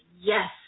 yes